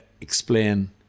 explain